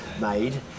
made